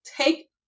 take